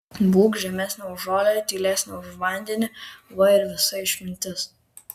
būk žemesnė už žolę tylesnė už vandenį va ir visa išmintis